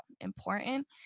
important